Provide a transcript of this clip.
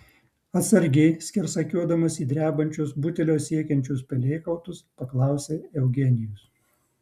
atsargiai skersakiuodamas į drebančius butelio siekiančius pelėkautus paklausė eugenijus